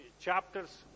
chapters